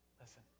listen